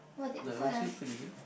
the you say play the game